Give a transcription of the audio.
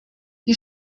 die